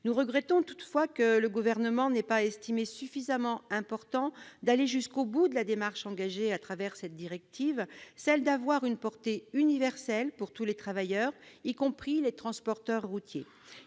Nous regrettons toutefois que le Gouvernement n'ait pas estimé suffisamment important d'aller jusqu'au bout de la démarche engagée avec cette directive, en en faisant un texte de portée universelle pour tous les travailleurs, y compris les transporteurs routiers.